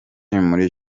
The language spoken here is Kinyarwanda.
muri